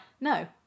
no